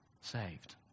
saved